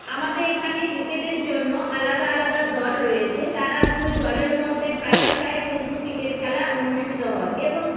আমাদের এখানে ক্রিকেটের জন্য আলাদা আলাদা দল রয়েছে তারা দুই দলের মধ্যে প্রায়শই কিন্তু ক্রিকেট খেলা অনুষ্ঠিত হয় এবং